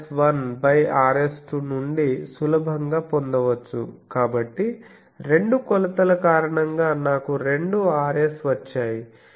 కాబట్టి రెండు కొలతల కారణంగా నాకు రెండు Rs వచ్చాయి